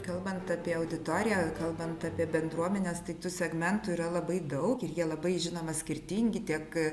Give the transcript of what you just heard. kalbant apie auditoriją kalbant apie bendruomenes tai tų segmentų yra labai daug ir jie labai žinoma skirtingi tiek